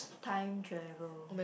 time travel